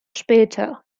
später